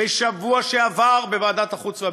ובשבוע שעבר, בוועדת החוץ והביטחון.